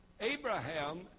Abraham